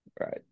Right